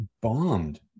bombed